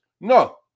No